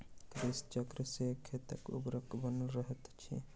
कृषि चक्र सॅ खेतक उर्वरता बनल रहैत अछि